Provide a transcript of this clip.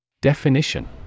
Definition